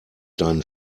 deinen